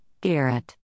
Garrett